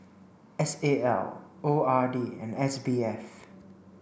S A L O R D and S B F